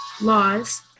laws